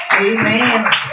Amen